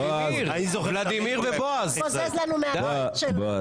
ולדימיר ובועז, די.